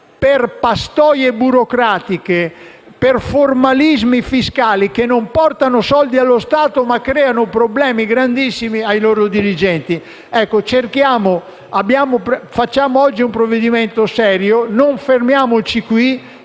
per pastoie burocratiche e formalismi fiscali che non portano soldi allo Stato ma creano problemi notevoli ai loro dirigenti. Oggi approviamo un provvedimento serio. Non fermiamoci qui.